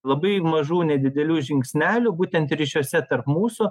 labai mažų nedidelių žingsnelių būtent ryšiuose tarp mūsų